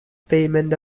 payment